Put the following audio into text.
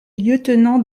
lieutenant